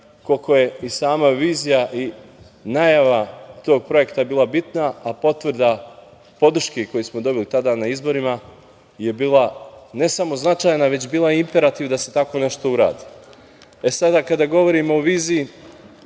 koliko je i sama vizija i najava tog projekta bila bitna a potvrda podrške koje smo dobili tada na izborima je bila ne samo značajna, već bila je imperativ da se tako nešto uradi. Sada kada govorimo o viziji,